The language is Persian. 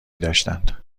داشتند